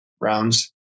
rounds